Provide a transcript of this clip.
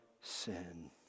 sin